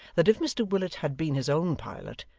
that if mr willet had been his own pilot,